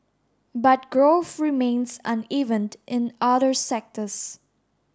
but growth remains uneven in other sectors